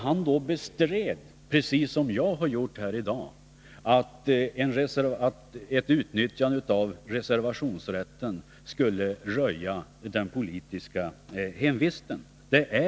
Han bestred då, precis som jag har gjort här i dag, att ett utnyttjande av reservationsrätten skulle röja den politiska hemvisten.